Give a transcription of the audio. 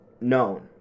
known